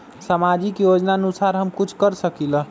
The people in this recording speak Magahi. सामाजिक योजनानुसार हम कुछ कर सकील?